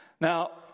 Now